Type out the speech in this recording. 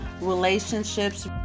relationships